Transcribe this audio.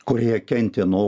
kurie kentė nuo